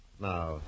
Now